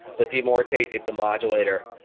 lithium orotate, it's a modulator,